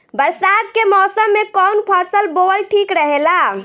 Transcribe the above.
बरसात के मौसम में कउन फसल बोअल ठिक रहेला?